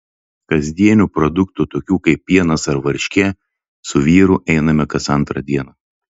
kasdienių produktų tokių kaip pienas ar varškė su vyru einame kas antrą dieną